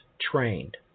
trained